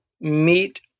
meet